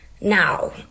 Now